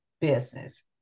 business